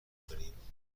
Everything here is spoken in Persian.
کنیم